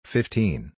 Fifteen